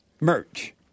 merch